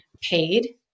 Paid